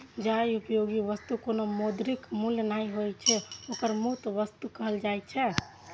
जाहि उपयोगी वस्तुक कोनो मौद्रिक मूल्य नहि होइ छै, ओकरा मुफ्त वस्तु कहल जाइ छै